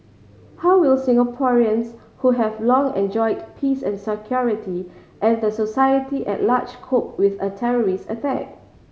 how will Singaporeans who have long enjoyed peace and security and the society at large cope with a terrorist attack